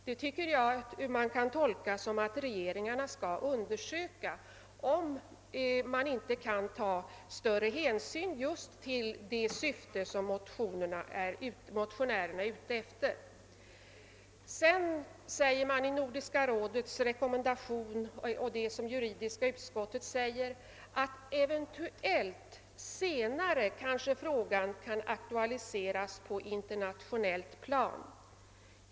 Detta tycker jag att man kan tolka så, att regeringarna skall undersöka om man inte i större utsträckning kan tillgodose just det syfte som motionärerna har. Sedan sägs det i Nordiska rådets rekommendation i enlighet med juridiska utskottets förslag, att frågan eventuellt senare kanske kan aktualiseras på internationellt plan.